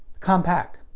compact.